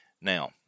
Now